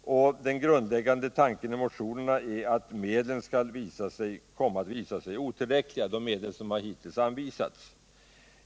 Den grundläggande motiveringen är att de medel, som hittills anvisats kommer att visa sig vara otillräckliga.